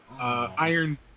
Iron